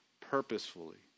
purposefully